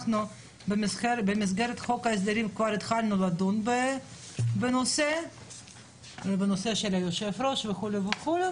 במסגרת חוק ההסדרים כבר התחלנו לדון בנושא של היושב-ראש וכולי.